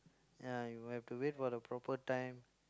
ya you have to wait for the proper time